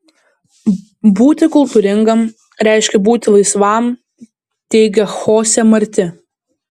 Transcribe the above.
būti kultūringam reiškia būti laisvam teigia chose marti